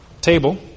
table